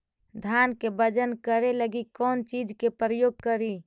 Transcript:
धान के बजन करे लगी कौन चिज के प्रयोग करि?